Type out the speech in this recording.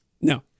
No